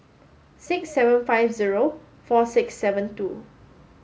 six seven five zero four six seven two